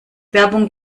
werbung